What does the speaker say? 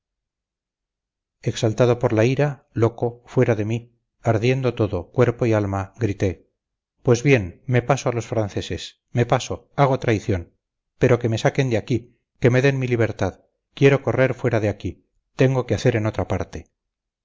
exaltado por la ira loco fuera de mí ardiendo todo cuerpo y alma grité pues bien me paso a los franceses me paso hago traición pero que me saquen de aquí que me den mi libertad quiero correr fuera de aquí tengo que hacer en otra parte